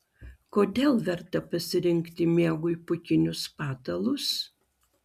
kodėl verta pasirinkti miegui pūkinius patalus